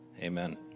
Amen